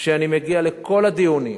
שאני מגיע לכל הדיונים,